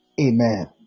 amen